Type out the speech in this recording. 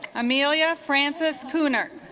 amelia francis poo newark